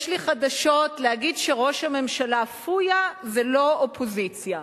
יש לי חדשות: להגיד שראש הממשלה "פויה" זה לא אופוזיציה.